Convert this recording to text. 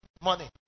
Money